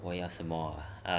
我要什么